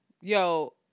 yo